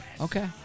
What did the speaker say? Okay